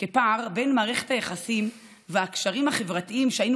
כפער בין מערכת היחסים והקשרים החברתיים שהיינו